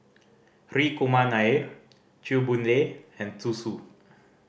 Hri Kumar Nair Chew Boon Lay and Zhu Xu